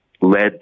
led